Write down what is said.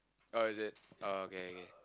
oh is it oh okay okay